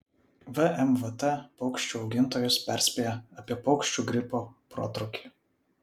vmvt paukščių augintojus perspėja apie paukščių gripo protrūkį